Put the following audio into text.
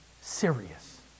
serious